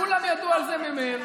כולם ידעו על זה ממרץ.